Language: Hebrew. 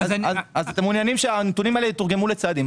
אז אתם מעוניינים שהנתונים האלה יתורגמו לצעדים.